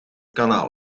kanaal